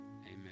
Amen